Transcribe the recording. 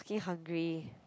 freaking hungry